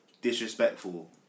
disrespectful